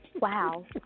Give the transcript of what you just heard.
Wow